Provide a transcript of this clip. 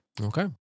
Okay